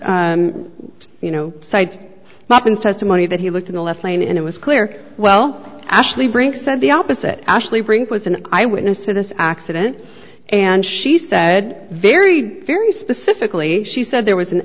you know side up and says to money that he looked in the left lane and it was clear well ashley brink said the opposite ashley brink was an eyewitness to this accident and she said very very specifically she said there was an